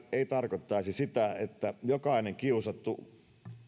ei tarkoittaisi sitä että jokainen kiusattu